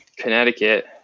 Connecticut